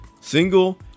single